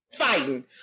Fighting